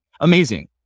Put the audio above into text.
amazing